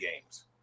games